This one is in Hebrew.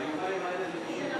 טיפול בחולי נפש (תיקון מס' 8),